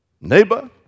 neighbor